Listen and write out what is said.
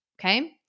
okay